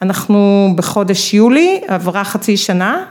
אנחנו בחודש יולי, עברה חצי שנה מה נשמע